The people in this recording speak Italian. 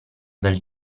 del